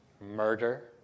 murder